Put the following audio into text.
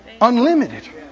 Unlimited